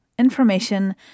Information